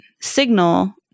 signal